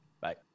Bye